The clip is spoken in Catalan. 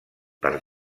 per